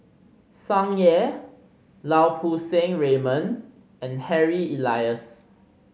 Tsung Yeh Lau Poo Seng Raymond and Harry Elias